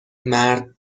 مرد